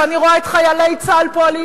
כשאני רואה את חיילי צה"ל פועלים,